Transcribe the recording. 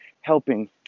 helping